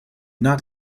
not